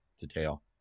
detail